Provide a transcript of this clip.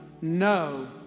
no